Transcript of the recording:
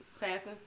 Passing